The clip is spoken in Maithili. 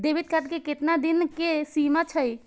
डेबिट कार्ड के केतना दिन के सीमा छै?